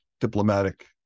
diplomatic